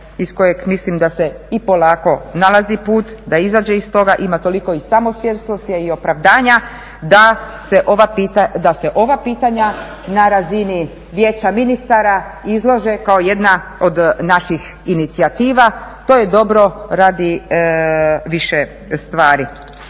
iz kojeg mislim da se i polako nalazi puta da izađe iz toga, ima toliko i samosvjesnosti ali i opravdanja da se ova pitanja na razini Vijeća ministara izlože kao jedna od naših inicijativa. To je dobro radi više stvari.